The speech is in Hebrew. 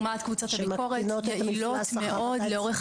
לעומת קבוצות הביקורת יעילות מאוד לאורך